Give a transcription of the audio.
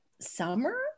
summer